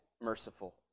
merciful